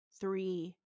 three